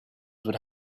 would